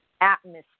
atmosphere